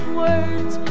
words